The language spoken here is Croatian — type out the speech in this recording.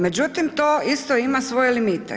Međutim, to isto ima svoje limite.